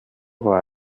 war